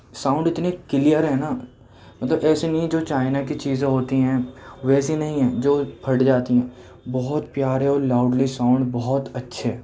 sound اتنی clear ہے نا مطلب ایسے نہیں جو چائنا کی چیزیں ہوتی ہیں ویسی نہیں ہیں جو پھٹ جاتی ہیں بہت پیارے اور لاؤڈلی ساؤنڈ بہت اچھے